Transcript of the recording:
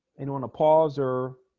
anyone a pause or